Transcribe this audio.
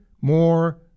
more